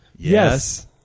Yes